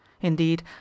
Indeed